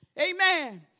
Amen